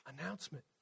announcement